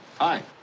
Hi